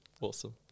awesome